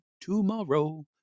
tomorrow